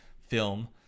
film